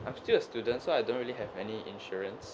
I'm still a student so I don't really have any insurance